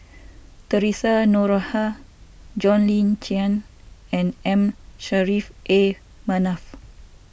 theresa Noronha John Le Cain and M Saffri A Manaf